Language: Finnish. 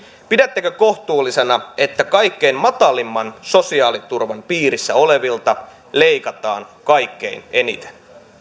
pidättekö kohtuullisena että kaikkein matalimman sosiaaliturvan piirissä olevilta leikataan kaikkein eniten